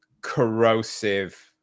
corrosive